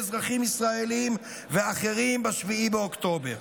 אזרחים ישראלים ואחרים ב-7 באוקטובר".